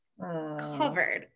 Covered